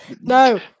No